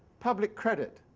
public credit.